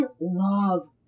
love